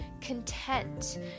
content